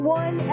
one